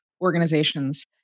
organizations